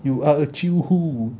you are a chew who